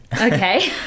Okay